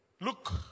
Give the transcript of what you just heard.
Look